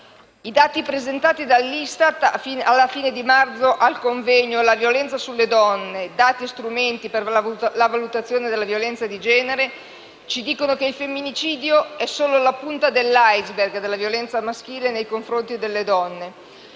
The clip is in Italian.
I dati presentati dall'ISTAT alla fine di marzo al convegno «La violenza sulle donne: i dati e gli strumenti per la valutazione della violenza di genere» ci dicono che il femminicidio è solo la punta dell'*iceberg* della violenza maschile nei confronti delle donne.